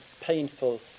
painful